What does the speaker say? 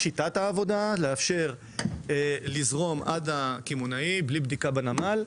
שיטת העבודה: לאפשר לזרום עד הקמעונאי בלי בדיקה בנמל.